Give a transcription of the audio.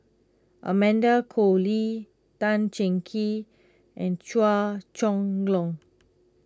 Amanda Koe Lee Tan Cheng Kee and Chua Chong Long